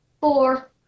Four